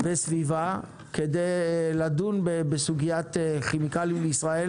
וסביבה כדי לדון בסוגיית כימיקלים לישראל